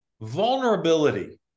Vulnerability